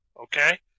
Okay